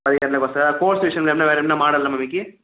పది గంటలకు వస్తారా కోర్స్ విషయంలో ఏమన్న వేరే ఏమన్న మారలా అమ్మ మీకు